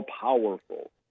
powerful